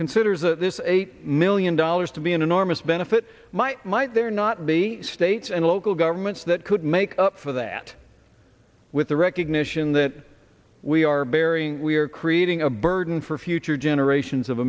considers that this eight million dollars to be an enormous benefit might might there not be state and local governments that could make up for that with the recognition that we are burying we're creating a burden for future generations of